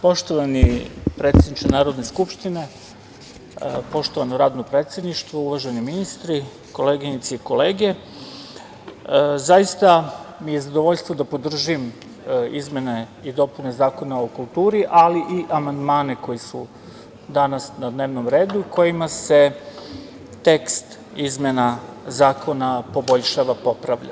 Poštovani predsedniče Narodne skupštine, poštovano radno predsedništvo, uvaženi ministri, koleginice i kolege, zaista mi je zadovoljstvo da podržim izmene i dopune Zakona o kulturi, ali i amandmane koji su danas na dnevnom redu, kojima se tekst izmena zakona poboljšava i popravlja.